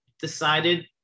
decided